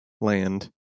land